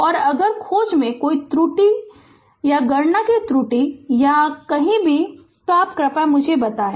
और अगर खोज में कोई गणना त्रुटि हुई है या कहीं भी कृपया मुझे बताएं